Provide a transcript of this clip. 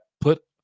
put